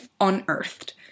unearthed